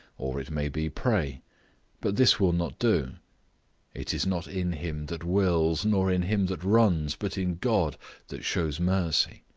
or, it may be, pray but this will not do it is not in him that wills, nor in him that runs, but in god that shews mercy